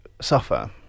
suffer